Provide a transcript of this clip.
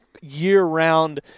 year-round